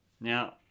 Now